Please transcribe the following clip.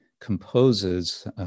composes